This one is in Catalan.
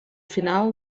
final